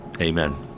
Amen